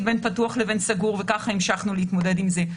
בין פתוח לבין סגור וכך המשכנו להתמודד עם זה,